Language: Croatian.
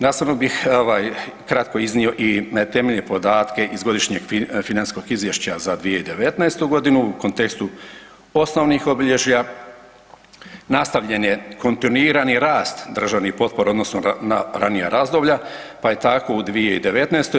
Nastavno bih kratko iznio i temeljne podatke iz godišnjeg financijskog izvješća za 2019. godinu u kontekstu osnovnih obilježja nastavljen je kontinuirani rast državnih potpora odnosno na ranija razdoblja pa je tako u 2019.